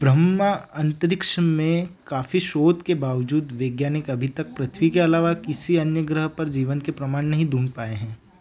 ब्रह्मा अंतरिक्ष में काफ़ी शोध के बावजूद वैज्ञानिक अभी तक पृथ्वी के अलावा किसी अन्य ग्रह पर जीवन के प्रमाण नहीं ढूँढ पाए हैं